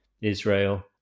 Israel